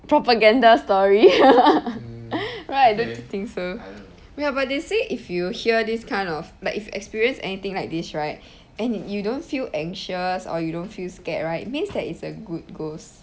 propaganda story right don't think so ya but they say if you hear this kind of like if experienced anything like this right and you don't feel anxious or you don't feel scared right means that is a good ghosts